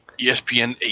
ESPN